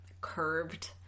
curved